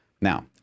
Now